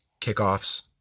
kickoffs